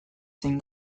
zein